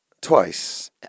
twice